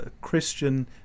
Christian